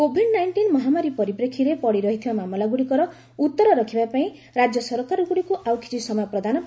Covid nineteen ମହାମାରୀ ପରିପ୍ରେକ୍ଷୀରେ ପଡ଼ିରହିଥିବା ମାମଲାଗୁଡ଼ିକର ଉତ୍ତର ରଖିବା ପାଇଁ ରାଜ୍ୟ ସରକାରଗୁଡ଼ିକୁ ଆଉ କିଛି ସମୟ ପ୍ରଦାନ ପାଇଁ ନିଷ୍ପଭି ନେଇଛି